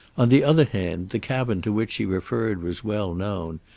on the other hand, the cabin to which she referred was well known,